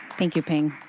thank you, ping.